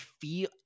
feel